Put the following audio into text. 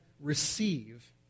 receive